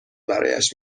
برایش